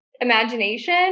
imagination